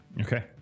Okay